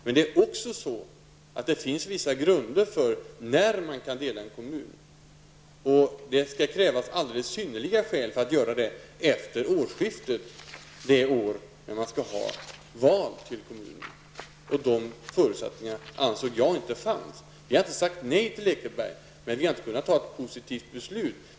Men det finns vissa grunder för när en kommun kan delas. Det skall krävas alldeles synnerliga skäl för att göra en sådan delning efter årsskiftet det år som det skall vara ett val till kommunen. De förutsättningarna ansåg jag inte fanns. Regeringen har inte sagt nej till frågan om Lekeberg, men vi har inte heller kunnat fatta ett positivt beslut.